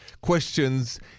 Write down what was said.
questions